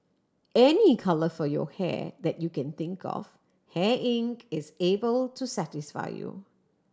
any colour for your hair that you can think of Hair Inc is able to satisfy you